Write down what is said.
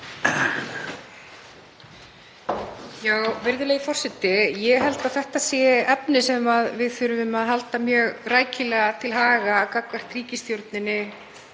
Virðulegi forseti. Ég held að þetta sé efni sem við þurfum að halda mjög rækilega til haga gagnvart ríkisstjórninni